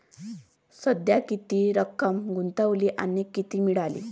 सध्या किती रक्कम गुंतवली आणि किती मिळाली